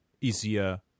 easier